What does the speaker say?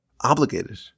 obligated